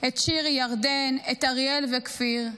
שירי, ירדן, אריאל וכפיר,